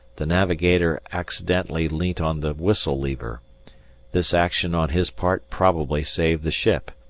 the navigator accidentally leant on the whistle lever this action on his part probably saved the ship,